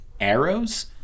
arrows